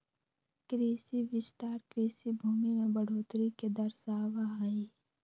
कृषि विस्तार कृषि भूमि में बढ़ोतरी के दर्शावा हई